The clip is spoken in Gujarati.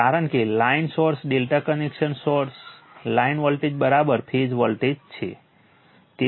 કારણ કે line source ∆ connection source line voltage phase voltage છે